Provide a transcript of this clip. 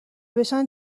بشن